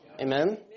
amen